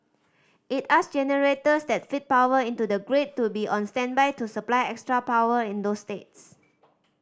it asked generators that feed power into the grid to be on standby to supply extra power in those states